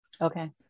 okay